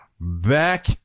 back